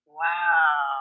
wow